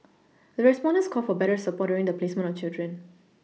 the respondent called for better support during the placement of children